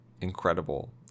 incredible